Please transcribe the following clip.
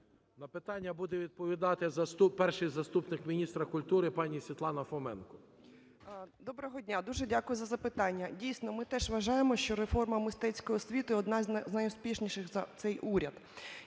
На питання буде відповідати перший заступник міністра культури пані Світлана Фоменко. 10:43:55 ФОМЕНКО С.В. Добро дня! Дуже дякую за запитання. Дійсно, ми теж вважаємо, що реформа мистецької освіти – одна з найуспішніших за цей уряд.